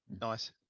Nice